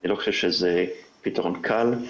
אני לא חושב שזה פתרון קל,